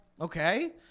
okay